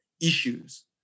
issues